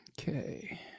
okay